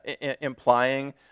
implying